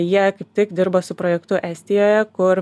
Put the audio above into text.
jie tiek dirba su projektu estijoje kur